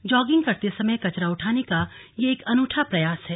jogging करते समय कचरा उठाने का यह एक अनूठा प्रयास है